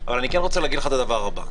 אבל אני כן רוצה להגיד לך את הדבר הבא.